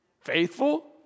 faithful